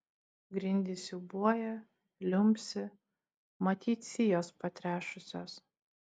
grindys siūbuoja liumpsi matyt sijos patrešusios